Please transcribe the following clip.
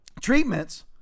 treatments